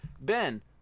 Ben